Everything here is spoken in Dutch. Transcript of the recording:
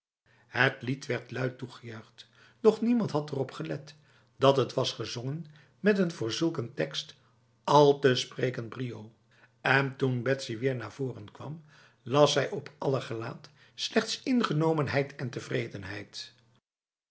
het lied werd luid toegejuicht doch niemand had erop gelet dat het was gezongen met een voor zulk een tekst al te sprekend brio en toen betsy weer naar voren kwam las zij op aller gelaat slechts ingenomenheid en tevredenheid